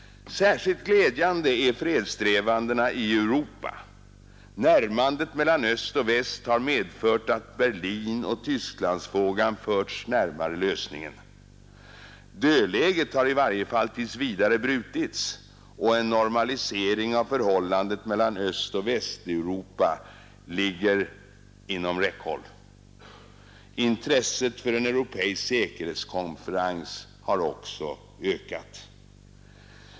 Särskilt glädjande är fredssträvandena i Europa. Närmandet mellan öst och väst har medfört att Berlinoch Tysklandsfrågan förts närmare lösningen. Dödläget har i varje fall tills vidare brutits och en normalisering av förhållandet mellan Östoch Västeuropa ligger inom räckhåll. Intresset för en europeisk säkerhetskonferens har också ökat.